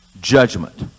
Judgment